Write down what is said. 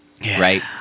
right